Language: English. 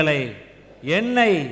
yenai